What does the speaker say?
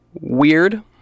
Weird